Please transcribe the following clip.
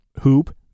hoop